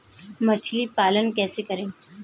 मछली पालन कैसे करें?